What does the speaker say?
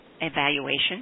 evaluation